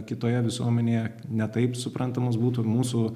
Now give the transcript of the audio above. kitoje visuomenėje ne taip suprantamos būtų mūsų